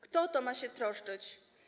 Kto o to ma się troszczyć?